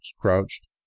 crouched